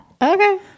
Okay